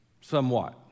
somewhat